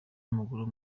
w’amaguru